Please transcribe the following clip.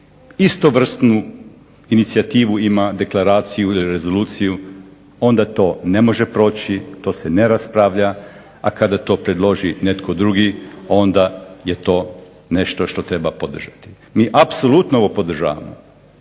istovrsnu inicijativu ima deklaraciju ili rezoluciju onda to ne može proći, to se ne raspravlja, a kada to predloži netko drugi onda je to nešto što treba podržati. Mi apsolutno ovo podržavamo,